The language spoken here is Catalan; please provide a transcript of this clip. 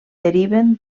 deriven